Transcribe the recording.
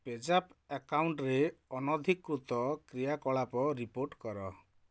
pay Zapp ଆକାଉଣ୍ଟରେ ଅନଧିକୃତ କ୍ରିୟାକଳାପ ରିପୋର୍ଟ କର